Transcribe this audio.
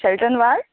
Shelton Vaz